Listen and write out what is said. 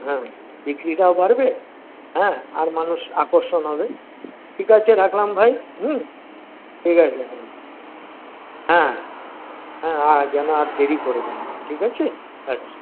হ্যাঁ বিক্রিটাও বাড়বে হ্যাঁ আর মানুষ আকর্ষণ হবে ঠিক আছে রাখলাম ভাই হুম ঠিক আছে হুম হ্যাঁ হ্যাঁ আর যেন আর দেরি করবেন না ঠিক আছে আচ্ছা